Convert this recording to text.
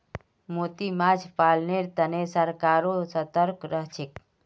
मोती माछ पालनेर तने सरकारो सतर्क रहछेक